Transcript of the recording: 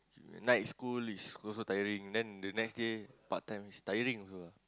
night school is also tiring then the next day part time is tiring also ah